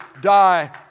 die